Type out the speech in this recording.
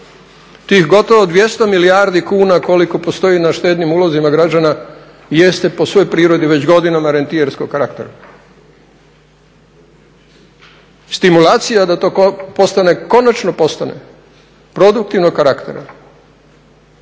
Tih gotovo 200 milijardi kuna koliko postoji na štednim ulozima građanima jeste po svojoj prirodi već godinama rentijerskog karaktera. Stimulacija da to postane, konačno postane produktivnog karaktera